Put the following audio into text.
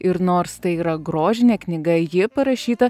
ir nors tai yra grožinė knyga ji parašyta